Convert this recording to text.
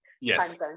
yes